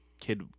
kid